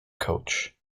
coach